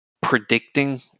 Predicting